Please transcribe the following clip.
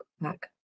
back